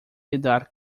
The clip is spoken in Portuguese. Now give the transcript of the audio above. lidar